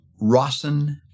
Rawson